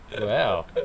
Wow